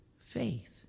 faith